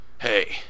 hey